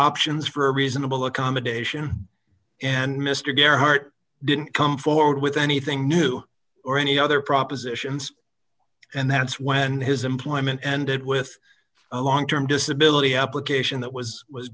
options for a reasonable accommodation and mr gary hart didn't come forward with anything new or any other propositions and that's when his employment ended with a long term disability application that was was